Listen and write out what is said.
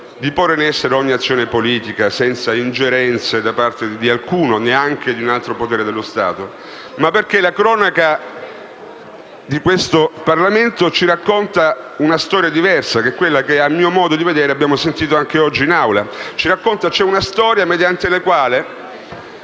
di porre in essere ogni azione politica senza ingerenze da parte di alcuno, neanche di un altro potere dello Stato, ma perché la cronaca di questo Parlamento ci racconta una storia diversa, che è quella che - a mio modo di vedere - abbiamo sentito anche oggi in Aula. Ci racconta, cioè, una storia mediante la quale